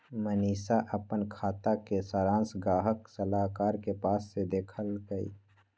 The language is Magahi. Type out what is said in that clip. मनीशा अप्पन खाता के सरांश गाहक सलाहकार के पास से देखलकई